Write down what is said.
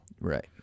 right